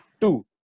two